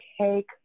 take